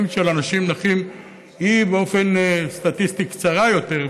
של אנשים נכים היא באופן סטטיסטי קצרה יותר,